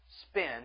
spend